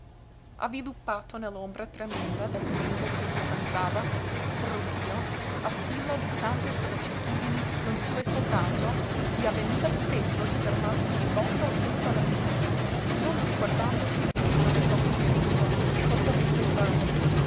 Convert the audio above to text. punto avviluppato nell'ombra tremenda del tempo che gli avanzava col rodío l'assillo di tante sollecitudini non sue soltanto gli avveniva spesso di fermarsi di botto in mezzo alla via non ricordandosi piú dove fosse diretto che cosa dovesse fare